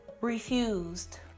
refused